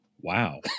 Wow